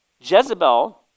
Jezebel